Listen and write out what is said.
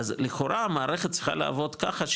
אז לכאורה המערכת צריכה לעבוד ככה,